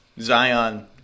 Zion